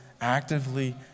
actively